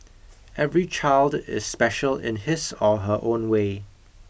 every child is special in his or her own way